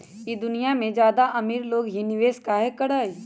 ई दुनिया में ज्यादा अमीर लोग ही निवेस काहे करई?